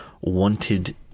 wanted